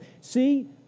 See